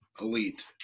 elite